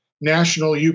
national